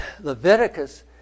Leviticus